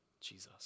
Jesus